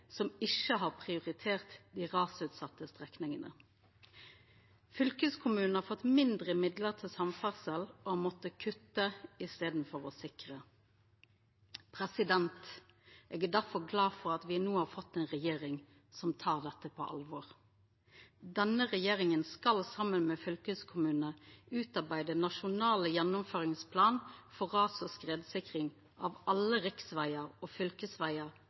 som ikkje har prioritert dei rasutsette strekningane. Fylkeskommunen har fått mindre midlar til samferdsel og har måtta kutta i staden for å sikra. Eg er difor glad for at me no har fått ei regjering som tek dette på alvor. Denne regjeringa skal saman med fylkeskommunane utarbeida ein nasjonal gjennomføringsplan for ras- og skredsikring av alle riksvegar og fylkesvegar